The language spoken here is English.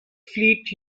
fleet